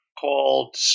called